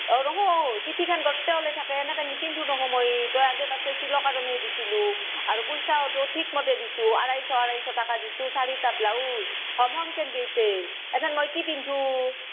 অ' নহয় পিঠিখন গোটেই ওলাই থাকে এনেকৈ নিপিন্ধো নহয় মই তই আগে পিছে চিলাও কাৰণেহে দিছিলো আৰু পইছাওটো ঠিক মতে দিছোঁ আঢ়াইশ আঢ়াইশ টকা দিছোঁ চাৰিটা ব্লাউজ হ'ব কেনকৈ ইতে এথেন মই কি পিন্ধো